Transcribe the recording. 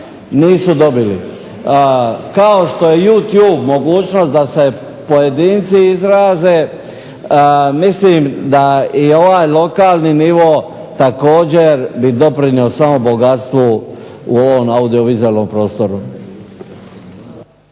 Nisu dobili. Kao što je Youtube mogućnost da se pojedinci izraze mislim da i ovaj lokalni nivo također bi doprinio samo bogatstvu u ovom audiovizualnom prostoru.